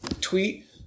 tweet